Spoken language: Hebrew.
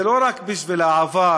זה לא רק בשביל העבר,